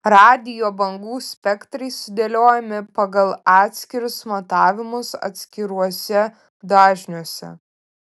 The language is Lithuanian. radijo bangų spektrai sudėliojami pagal atskirus matavimus atskiruose dažniuose